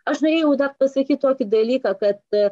aš norėjau pasakyt tokį dalyką kad